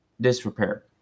disrepair